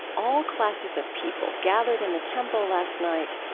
all classes of people gathered in the temple last night.